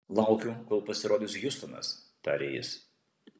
laukiu kol pasirodys hjustonas tarė jis